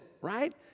right